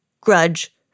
grudge